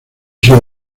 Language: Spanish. sido